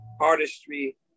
artistry